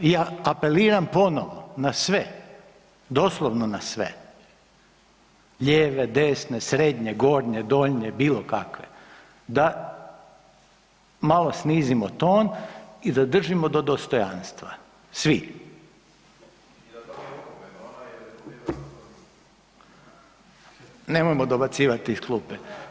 Ja apeliram ponovo na sve, doslovno na sve, ljeve, desne, srednje, gornje, doljnje, bilo kakve da malo snizimo ton i da držimo do dostojanstva svi. … [[Upadica iz klupe se ne razumije]] Nemojmo dobacivati iz klupe.